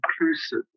inclusive